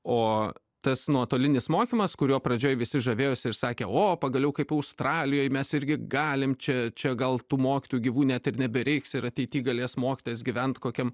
o tas nuotolinis mokymas kurio pradžioj visi žavėjosi ir sakė o pagaliau kaip australijoj mes irgi galim čia čia gal tų mokytojų gyvų net ir nebereiks ir ateity galės mokytojas gyvent kokiam